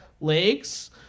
legs